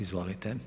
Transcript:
Izvolite.